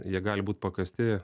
jie gali būt pakasti